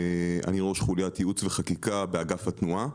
אני ראש חוליית ייעוץ וחקיקה באגף התנועה.